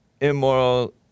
immoral